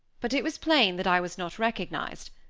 but it was plain that i was not recognized,